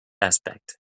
aspect